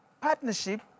Partnership